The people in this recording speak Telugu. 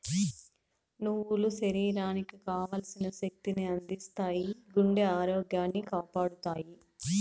నువ్వులు శరీరానికి కావల్సిన శక్తి ని అందిత్తాయి, గుండె ఆరోగ్యాన్ని కాపాడతాయి